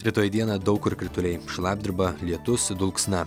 rytoj dieną daug kur krituliai šlapdriba lietus dulksna